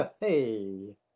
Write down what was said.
Hey